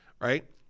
right